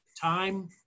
time